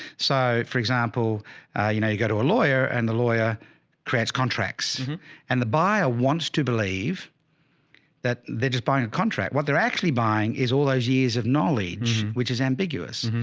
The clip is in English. so for example you know, you go to a lawyer and the lawyer creates contracts and the buyer wants to believe that they're just buying a contract. what they're actually buying is all those years of knowledge, which is ambiguous.